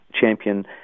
champion